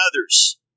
others